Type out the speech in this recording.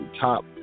top